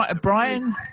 Brian